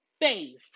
faith